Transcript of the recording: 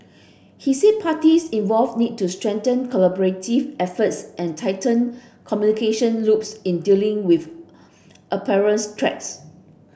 he said parties involved need to strengthen collaborative efforts and tighten communication loops in dealing with apparent threats